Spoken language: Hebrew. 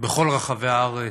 בכל רחבי הארץ,